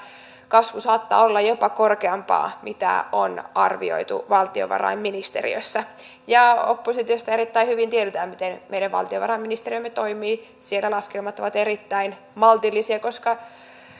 kasvu saattaa olla jopa korkeampaa kuin on arvioitu valtiovarainministeriössä oppositiosta erittäin hyvin tiedetään miten meidän valtiovarainministeriömme toimii siellä laskelmat ovat erittäin maltillisia koska